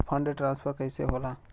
Fund transfer कैसे होला?